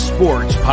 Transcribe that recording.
Sports